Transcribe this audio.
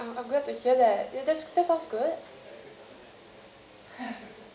orh I'm I'm I'm great to hear that that sounds good